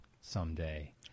someday